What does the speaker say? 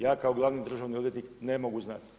Ja kao glavni državni odvjetnik ne mogu znati.